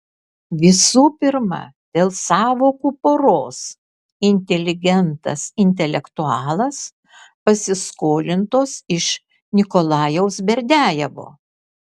visų pirma dėl sąvokų poros inteligentas intelektualas pasiskolintos iš nikolajaus berdiajevo